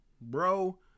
bro